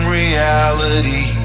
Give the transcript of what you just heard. reality